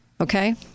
Okay